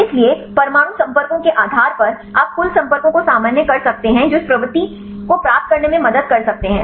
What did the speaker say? इसलिए परमाणु संपर्कों के आधार पर आप कुल संपर्कों को सामान्य कर सकते हैं जो इस प्रवृत्ति को प्राप्त करने में मदद कर सकते हैं